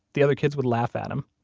the other kids would laugh at him,